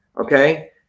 Okay